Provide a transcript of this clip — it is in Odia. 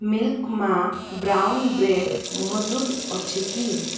ମିଲ୍କ ମା ବ୍ରାଉନ୍ ବ୍ରେଡ୍ ମହଜୁଦ ଅଛି କି